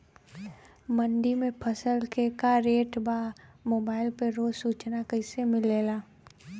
मंडी में फसल के का रेट बा मोबाइल पर रोज सूचना कैसे मिलेला?